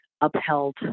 upheld